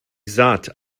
saat